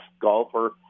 golfer